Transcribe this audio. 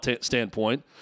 standpoint